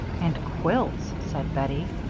and quilts? said bettie.